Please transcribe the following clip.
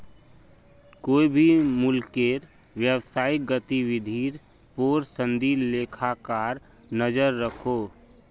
कोए भी मुल्केर व्यवसायिक गतिविधिर पोर संदी लेखाकार नज़र रखोह